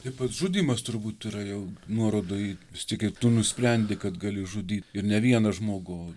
tai pats žudymas turbūt yra jau nuoroda į vistik kaip tu nusprendi kad gali žudyt ir ne vieną žmogų o